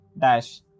dash